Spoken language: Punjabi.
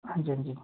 ਹਾਂਜੀ ਹਾਂਜੀ